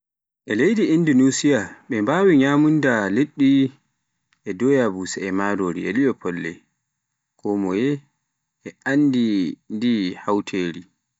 E Leydi Indinosiya ɓe mbawi nyamunda liɗɗi doya busa e marori, e li'o folle, konmoye e anndi ndi hawteri